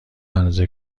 اندازه